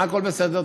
מה הכול בסדר?